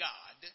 God